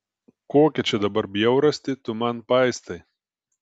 kokią čia dabar bjaurastį tu man paistai